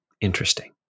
interesting